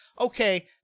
Okay